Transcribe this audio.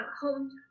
home